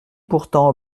pourtant